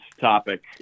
topic